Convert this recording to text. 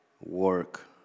work